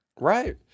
right